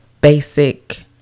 basic